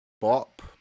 bop